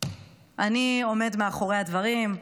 אני עומד מאחורי הדברים,